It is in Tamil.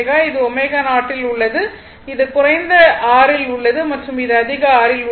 இது ω0 இல் உள்ளது இது குறைந்த R இல் உள்ளது மற்றும் இது அதிக R இல் உள்ளது